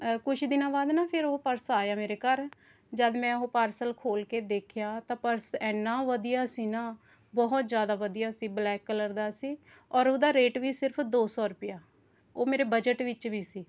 ਕੁਝ ਦਿਨਾਂ ਬਾਅਦ ਨਾ ਫ਼ਿਰ ਉਹ ਪਰਸ ਆਇਆ ਮੇਰੇ ਘਰ ਜਦ ਮੈਂ ਉਹ ਪਾਰਸਲ ਖੋਲ੍ਹ ਕੇ ਦੇਖਿਆ ਤਾਂ ਪਰਸ ਇੰਨਾ ਵਧੀਆ ਸੀ ਨਾ ਬਹੁਤ ਜ਼ਿਆਦਾ ਵਧੀਆ ਸੀ ਬਲੈਕ ਕਲਰ ਦਾ ਸੀ ਔਰ ਉਹਦਾ ਰੇਟ ਵੀ ਸਿਰਫ ਦੋ ਸੌ ਰੁਪਿਆ ਓਹ ਮੇਰੇ ਬਜਟ ਵਿਚ ਵੀ ਸੀ